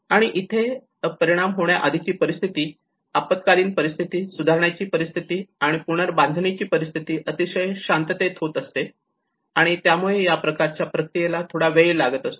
आणि इथे ही परिणाम होण्याआधीची परिस्थिती आपत्कालीन परिस्थिती सुधारण्याची परिस्थिती आणि पुनर्बांधणीची परिस्थिती अतिशय शांततेत होत असते आणि त्यामुळे या प्रकारच्या प्रक्रियेला थोडा वेळ लागत असतो